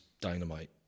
dynamite